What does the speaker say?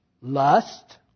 lust